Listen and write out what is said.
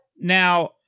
Now